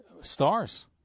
stars